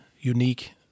unique